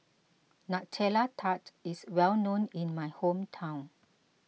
Nutella Tart is well known in my hometown